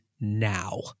now